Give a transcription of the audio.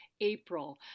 April